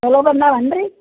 ಚೊಲೋ ಬಂದನೇನ್ ರೀ